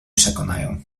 przekonają